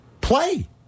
Play